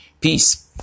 Peace